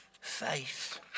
faith